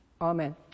Amen